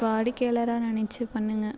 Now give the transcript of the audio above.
வாடிக்கையாளராக நெனைச்சி பண்ணுங்கள்